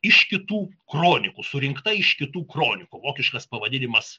iš kitų kronikų surinkta iš kitų kronikų vokiškas pavadinimas